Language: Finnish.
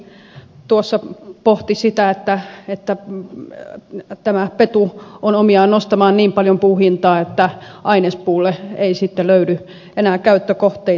rajamäki tuossa pohti sitä että tämä petu on omiaan nostamaan puun hintaa niin paljon että ainespuulle ei sitten löydy enää käyttökohteita